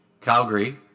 Calgary